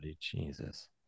Jesus